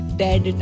dead